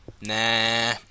Nah